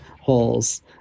holes